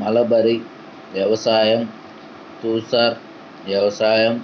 mulberry వ్యవసాయం, తుసర్ వ్యవసాయం,